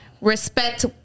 respect